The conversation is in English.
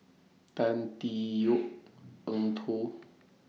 Tan Tee Yoke Eng Tow